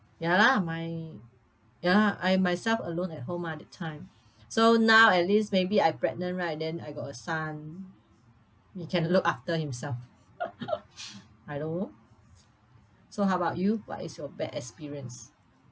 ya lah my ya lah I myself alone at home mah that time so now at least maybe I pregnant right then I got a son he can look after himself I don't know so how about you what is your bad experience